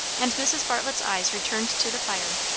and mrs. bartlett's eyes returned to the fire,